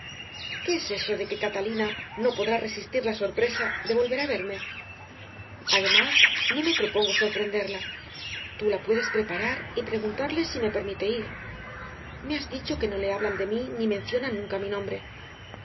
qué es eso de que catalina no podrá resistir la sorpresa de volver a verme además no me propongo sorprenderla tú la puedes preparar y preguntarle si me permite ir me has dicho que no le hablan de mí ni menciona nunca mi nombre